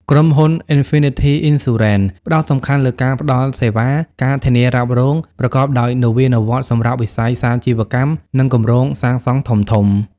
ក្រុមហ៊ុន Infinity Insurance ផ្ដោតសំខាន់លើការផ្ដល់សេវា ការធានារ៉ាប់រង ប្រកបដោយនវានុវត្តន៍សម្រាប់វិស័យសាជីវកម្ម និងគម្រោងសាងសង់ធំៗ។